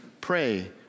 pray